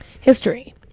History